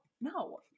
no